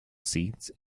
seats